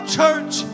church